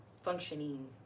functioning